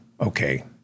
okay